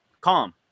calm